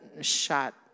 shot